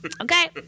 Okay